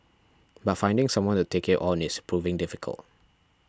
but finding someone to take it on is proven difficult